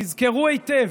תזכרו היטב,